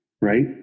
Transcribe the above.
right